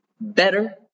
better